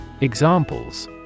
Examples